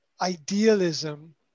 idealism